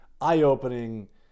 eye-opening